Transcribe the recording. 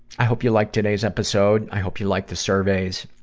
i hope you liked today's episode. i hope you liked the surveys.